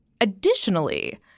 additionally